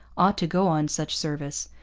ought to go on such service.